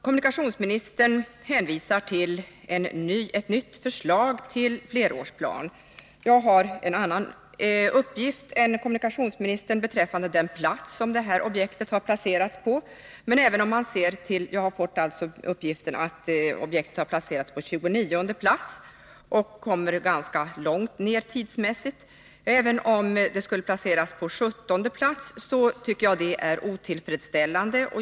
Kommunikationsministern hänvisar till ett nytt förslag till flerårsplan. Jag har en annan uppgift än kommunikationsministern beträffande den plats som detta objekt har placerats på — jag har fått uppgiften att det har placerats på tjugonionde plats och kommer ganska långt fram i tiden. Även om det skulle ha placerats på sjuttonde plats tycker jag att det är otillfredsställande.